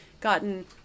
gotten